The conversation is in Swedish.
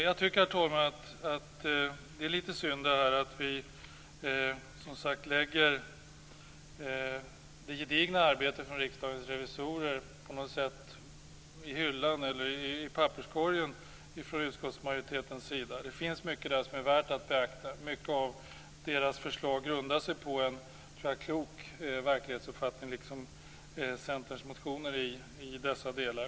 Jag tycker, herr talman, att det är litet synd att utskottsmajoriteten lägger det gedigna arbete som Riksdagens revisorer har utfört på hyllan eller i papperskorgen. Det finns mycket där som är värt att beakta. Många av dessa förslag, liksom Centerns motioner, grundar sig på en klok verklighetsuppfattning i dessa delar.